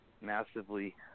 massively